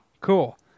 cool